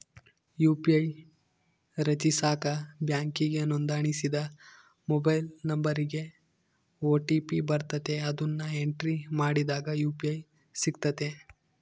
UPI ರಚಿಸಾಕ ಬ್ಯಾಂಕಿಗೆ ನೋಂದಣಿಸಿದ ಮೊಬೈಲ್ ನಂಬರಿಗೆ ಓ.ಟಿ.ಪಿ ಬರ್ತತೆ, ಅದುನ್ನ ಎಂಟ್ರಿ ಮಾಡಿದಾಗ ಯು.ಪಿ.ಐ ಸಿಗ್ತತೆ